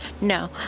No